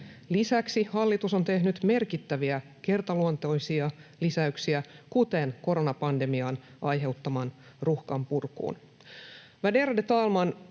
Lisäksi hallitus on tehnyt merkittäviä kertaluontoisia lisäyksiä, kuten koronapandemian aiheuttaman ruuhkan purkuun.